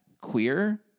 queer